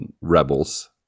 Rebels